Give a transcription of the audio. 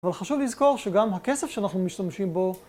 אבל חשוב לזכור שגם הכסף שאנחנו משתמשים בו,